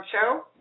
show